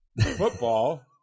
football